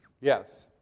yes